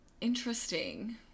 interesting